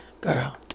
Girl